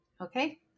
Okay